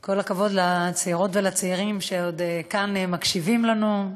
כל הכבוד לצעירות ולצעירים שעוד כאן מקשיבים לנו.